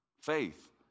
faith